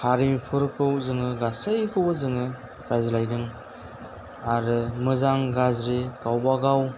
हारिफोरखौ जोङो गासैखौबो जोङो रायज्लायदों आरो मोजां गाज्रि गावबागाव